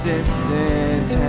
distant